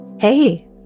Hey